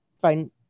find